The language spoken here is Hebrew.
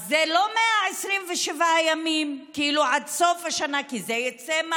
אז זה לא 127 ימים, כאילו עד סוף השנה, כי מה יצא?